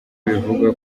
bivugwa